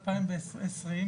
2020,